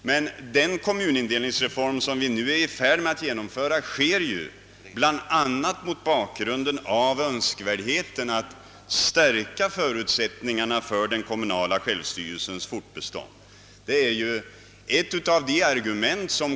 Men den kommunindelningsreform som vi nu är i färd med att genomföra sker ju bl.a. mot bakgrund av önskvärdheten att stärka förutsättningarna för den kommunala självstyrelsens fortbestånd.